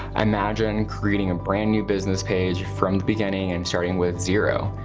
imagine creating a brand new business page from the beginning and starting with zero.